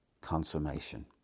consummation